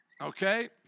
okay